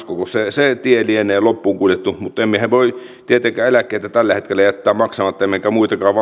se tie lienee loppuun kuljettu mutta emmehän voi tietenkään eläkkeitä tällä hetkellä jättää maksamatta emmekä väistää muitakaan valtion velvollisuuksia